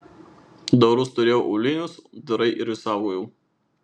dorus turėjau aulinius dorai ir saugojau